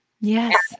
Yes